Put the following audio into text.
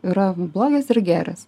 yra blogis ir gėris